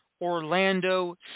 Orlando